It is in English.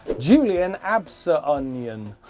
julien absalonion.